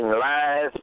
lies